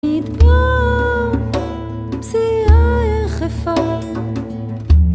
מטבע, פסיעה יחפה